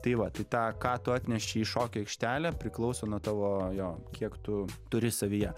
tai vat į tą ką tu atneši į šokių aikštelę priklauso nuo tavo jo kiek tu turi savyje